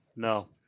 No